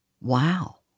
wow